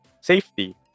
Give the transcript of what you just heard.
safety